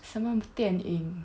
什么电影